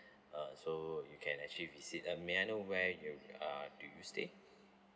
uh so you can actually visit uh may I know where you uh do you stay